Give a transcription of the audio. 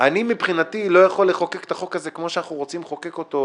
אני מבחינתי לא יכול לחוקק את החוק הזה כמו שאנחנו רוצים לחוקק אותו,